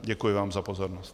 Děkuji vám za pozornost.